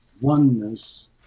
oneness